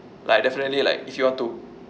like definitely like if you want to